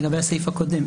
לגבי הסעיף הקודם,